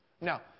Now